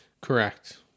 Correct